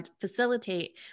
facilitate